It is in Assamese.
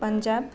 পাঞ্জাৱ